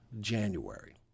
January